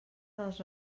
dels